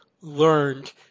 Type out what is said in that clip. learned